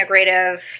integrative